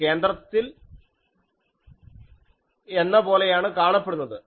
ഇത് കേന്ദ്രത്തിൽ എന്ന പോലെയാണ് കാണപ്പെടുന്നത്